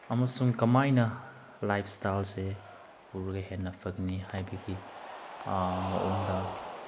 ꯑꯃꯁꯨꯡ ꯀꯃꯥꯏꯅ ꯂꯥꯏꯐ ꯏꯁꯇꯥꯏꯜꯁꯦ ꯄꯨꯔꯒ ꯍꯦꯟꯅ ꯐꯒꯅꯤ ꯍꯥꯏꯕꯒꯤ ꯃꯑꯣꯡꯗ